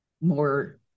more